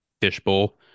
Fishbowl